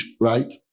right